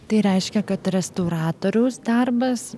tai reiškia kad restauratoriaus darbas